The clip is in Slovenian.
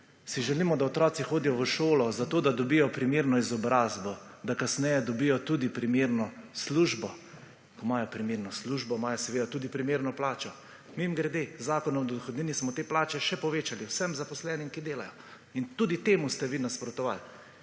Si želimo, da otroci hodijo v šolo zato, da dobijo primerno izobrazbo, da kasneje dobijo tudi primerno službo. Ko imajo primerno službo, imajo seveda tudi primerno plačo. Mimogrede, v Zakonu o dohodnini smo te plače še povečali, vsem zaposlenim, ki delajo in tudi temu ste vi nasprotovali.